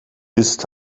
ist